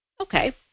Okay